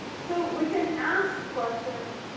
so, we can ask questions,